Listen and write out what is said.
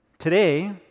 Today